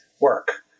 work